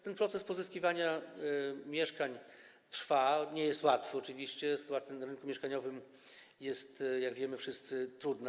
Ten proces pozyskiwania mieszkań trwa, nie jest łatwy, oczywiście, sytuacja na rynku mieszkaniowym jest, jak wszyscy wiemy, trudna.